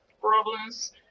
problems